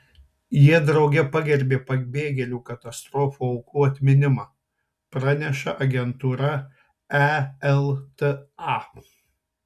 jie drauge pagerbė pabėgėlių katastrofų aukų atminimą praneša agentūra elta